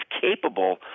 capable